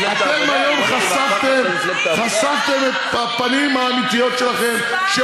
אתם היום חשפתם את הפנים האמיתיות שלכם, חוצפה.